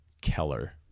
Keller